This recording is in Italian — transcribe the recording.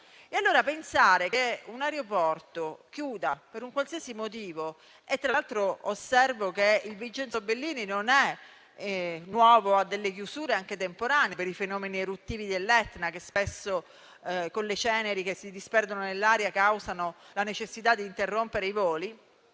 allora che un aeroporto chiuda per un qualsiasi motivo - tra l'altro osservo che il Vincenzo Bellini non è nuovo a chiusure, anche temporanee, per i fenomeni eruttivi dell'Etna, che spesso, con le ceneri che si disperdono nell'aria, causano la necessità di interrompere i voli